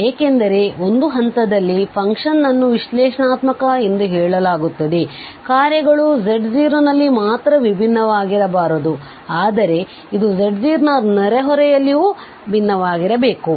ಏಕೆಂದರೆ ಒಂದು ಹಂತದಲ್ಲಿ ಫಂಕ್ಷನ್ ಅನ್ನು ವಿಶ್ಲೇಷಣಾತ್ಮಕ ಎಂದು ಹೇಳಲಾಗುತ್ತದೆ ಕಾರ್ಯಗಳು z0 ನಲ್ಲಿ ಮಾತ್ರ ಭಿನ್ನವಾಗಿರಬಾರದು ಆದರೆ ಇದು z0 ನ ನೆರೆಹೊರೆಯಲ್ಲಿಯೂ ಭಿನ್ನವಾಗಿರಬೇಕು